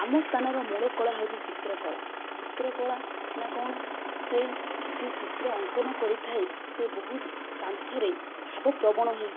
ଆମ ସ୍ଥାନର ମୂଳ କଳା ହେଉଛି ଚିତ୍ରକଳା ଚିତ୍ରକଳା ନା କଣ ସେହି ଯେଉଁ ଚିତ୍ର ଅଙ୍କନ କରିଥାଏ ସେ ବହୁତ କାନ୍ଥରେ ଭାବପ୍ରବଣ ହୋଇ